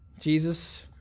Jesus